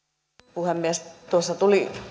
puhemies tuossa tuli